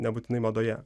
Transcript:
nebūtinai madoje